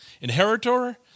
inheritor